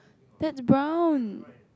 that's brown